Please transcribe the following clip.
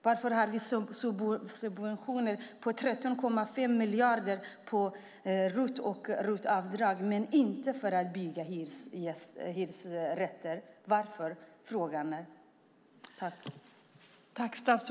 Varför har man subventioner om 13,5 miljarder på RUT och ROT-avdrag men inte på att bygga hyresrätter? Jag frågar varför.